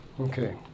Okay